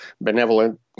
benevolent